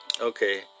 okay